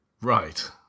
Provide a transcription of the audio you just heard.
Right